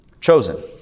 chosen